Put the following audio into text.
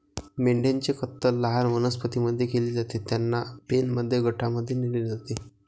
मेंढ्यांची कत्तल लहान वनस्पतीं मध्ये केली जाते, त्यांना पेनमध्ये गटांमध्ये नेले जाते